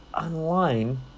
online